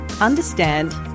understand